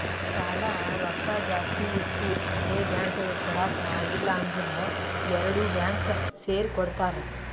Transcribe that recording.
ಸಾಲಾ ರೊಕ್ಕಾ ಜಾಸ್ತಿ ಇತ್ತು ಒಂದೇ ಬ್ಯಾಂಕ್ಗ್ ಕೊಡಾಕ್ ಆಗಿಲ್ಲಾ ಅಂದುರ್ ಎರಡು ಬ್ಯಾಂಕ್ ಸೇರಿ ಕೊಡ್ತಾರ